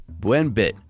Buenbit